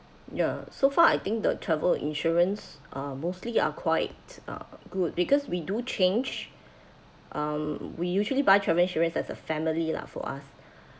ya so far I think the travel insurance are mostly are quite uh good because we do change um we usually buy travel insurance as a family lah for us